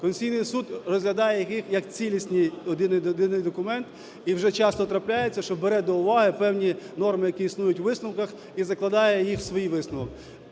Конституційний Суд розглядає їх цілісний, один-єдиний документ. І вже часто трапляється, що бере до уваги певні норми, які існують у висновках, і закладає їх в свій висновок.